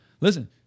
Listen